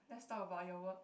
let's talk about your work